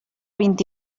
vint